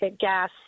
Gas